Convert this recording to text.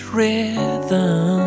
rhythm